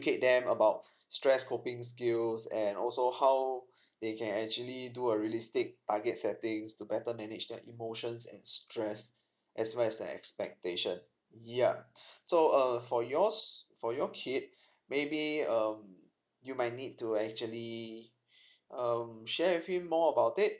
educate them about stress coping skills and also how they can actually do a realistic target settings to better manage their emotions and stress as well as the expectation yeah so err for yours for your kid maybe um you might need to actually um share with him more about it